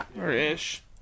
or-ish